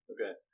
Okay